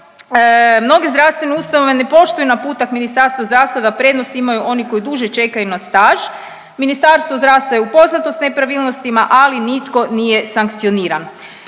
mnoge zdravstvene ustanove ne poštuju naputak Ministarstva zdravstva da prednost imaju oni koji duže čekaju na staž. Ministarstvo zdravstva je upoznato s nepravilnostima, ali nitko nije sankcioniran.